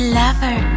lover